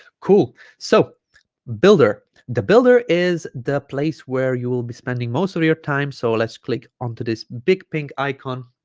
cool so builder the builder is the place where you will be spending most of your time so let's click onto this big pink icon